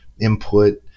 input